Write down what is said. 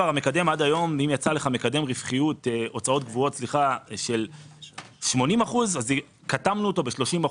יצא לך מקדם הוצאות קבועות של 80% אז קטמנו אותו ב-30%.